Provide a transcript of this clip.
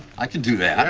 i can do that.